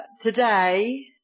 today